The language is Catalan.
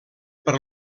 per